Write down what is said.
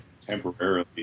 temporarily